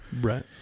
Right